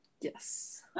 Yes